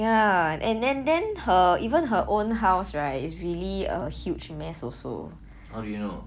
ya and then then her even her own house right is really a huge mess also